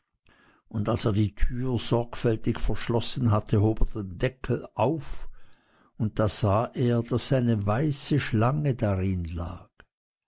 brachte als er die tür sorgfältig verschlossen hatte hob er den deckel auf und da sah er daß eine weiße schlange darin lag